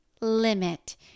limit